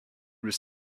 was